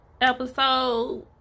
episode